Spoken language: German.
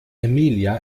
emilia